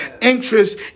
interest